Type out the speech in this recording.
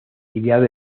criado